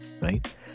right